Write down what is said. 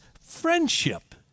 friendship